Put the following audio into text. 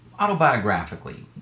autobiographically